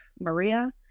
Maria